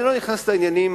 אני לא נכנס לעניינים